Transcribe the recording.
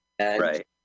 Right